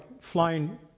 flying